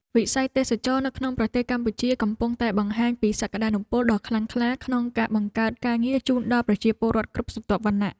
វិស័យទេសចរណ៍នៅក្នុងប្រទេសកម្ពុជាកំពុងតែបង្ហាញពីសក្តានុពលដ៏ខ្លាំងក្លាក្នុងការបង្កើតការងារជូនដល់ប្រជាពលរដ្ឋគ្រប់ស្រទាប់វណ្ណៈ។